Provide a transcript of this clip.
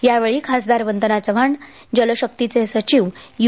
यावेळी खासदार वंदना चव्हाण जलशक्तीचे सचिव यु